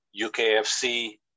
UKFC